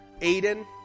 Aiden